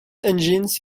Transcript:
engines